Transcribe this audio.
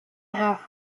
half